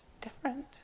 different